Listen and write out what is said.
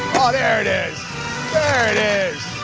ah there it is, there it is.